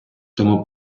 тому